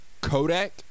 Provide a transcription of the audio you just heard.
Kodak